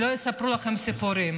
שלא יספרו לכם סיפורים.